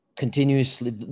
Continuously